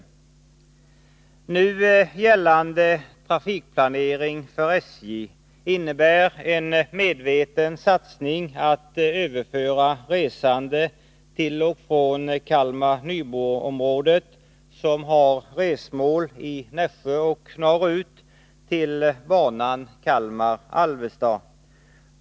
Nu gällande trafikplanering från SJ innebär en medveten satsning att överföra resande till och från Kalmar-Nybro-området, som har resmål i Nässjö och norrut, till banan Kalmar-Alvesta.